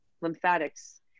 lymphatics